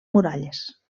muralles